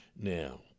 Now